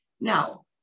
Now